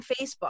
Facebook